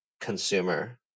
consumer